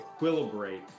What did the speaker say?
equilibrate